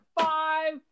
five